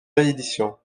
rééditions